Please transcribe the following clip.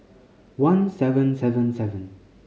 one seven seven seven